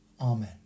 Amen